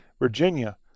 Virginia